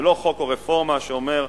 זה לא חוק או רפורמה שאומר,